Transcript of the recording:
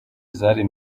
zari